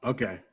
Okay